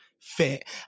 fit